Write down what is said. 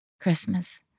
Christmas